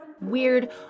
weird